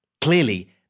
Clearly